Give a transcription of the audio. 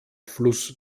fluss